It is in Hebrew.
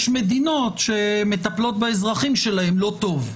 יש מדינות שמטפלות באזרחים שלהן לא טוב,